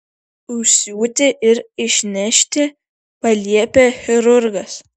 užsiūti ir išnešti paliepė chirurgas